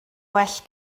well